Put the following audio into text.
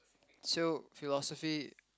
so philosophy